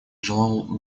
желал